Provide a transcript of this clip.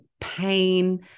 pain